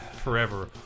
forever